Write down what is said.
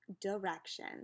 direction